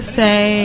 say